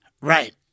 Right